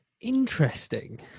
Interesting